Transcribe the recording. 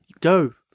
go